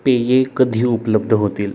पेये कधी उपलब्ध होतील